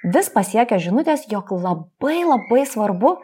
vis pasiekia žinutės jog labai labai svarbu